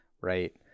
Right